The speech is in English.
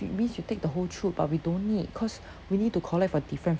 means you take the whole troop but we don't need cause we need to collect for different